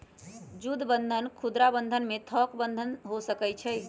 जुद्ध बन्धन खुदरा बंधन एवं थोक बन्धन हो सकइ छइ